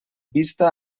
vista